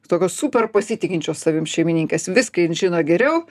tokios super pasitikinčios savim šeimininkės viską jin žino geriau